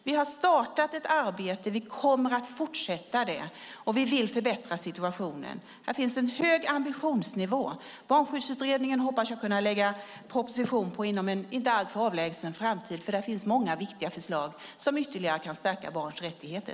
Vi har startat ett arbete, vi kommer att fortsätta med det, och vi vill förbättra situationen. Här finns en hög ambitionsnivå. När det gäller Barnskyddsutredningen hoppas jag kunna lägga fram en proposition inom en inte alltför avlägsen framtid eftersom det finns många viktiga förslag i den som ytterligare kan stärka barns rättigheter.